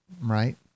right